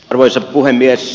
arvoisa puhemies